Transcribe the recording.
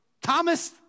Thomas